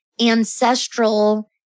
ancestral